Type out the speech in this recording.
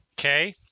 Okay